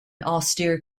austere